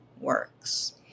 works